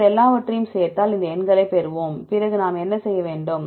நீங்கள் எல்லாவற்றையும் சேர்த்தால் இந்த எண்களைப் பெறுவோம் பிறகு நாம் என்ன செய்ய வேண்டும்